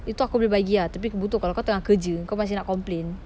itu aku boleh bagi ah tapi buto kalau kau tengah kerja kau masih nak complain